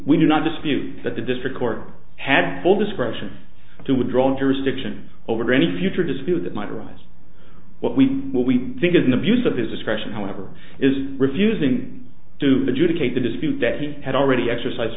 we do not dispute that the district court had full discretion to withdraw jurisdiction over any future dispute that might arise what we what we think is an abuse of his discretion however is refusing to do the case the dispute that he had already exercise